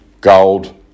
gold